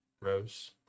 Rose